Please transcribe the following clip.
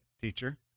teacher